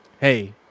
hey